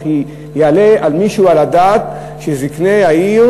וכי יעלה מישהו על הדעת שזקני העיר